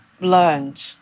learned